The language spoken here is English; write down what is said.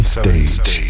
stage